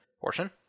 portion